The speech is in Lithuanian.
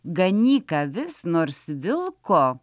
ganyk avis nors vilko